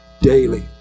daily